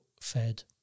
fed